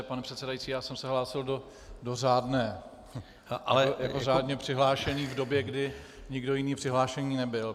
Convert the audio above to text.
Pane předsedající, já jsem se hlásil do řádné jako řádně přihlášený v době, kdy nikdo jiný přihlášený nebyl.